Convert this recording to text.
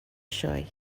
sioe